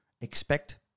expect